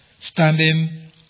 standing